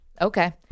Okay